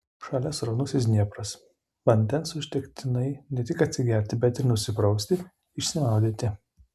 šalia sraunusis dniepras vandens užtektinai ne tik atsigerti bet ir nusiprausti išsimaudyti